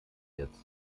jetzt